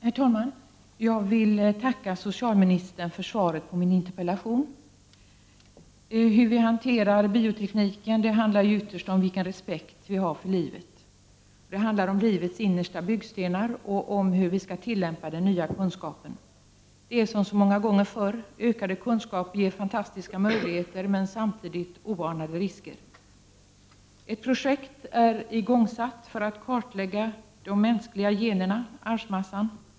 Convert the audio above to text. Herr talman! Jag vill tacka socialministern för svaret på min interpellation. Hur vi hanterar biotekniken handlar ytterst om vilken respekt vi har för livet. Det handlar om livets innersta byggstenar och om hur vi skall tillämpa den nya kunskapen. Det är som så många gånger förr: ökade kunskaper ger fantastiska möjligheter, men medför samtidigt oanade risker. Ett projekt är igångsatt för att kartlägga de mänskliga generna, arvsmassan.